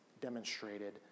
demonstrated